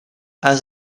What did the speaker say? has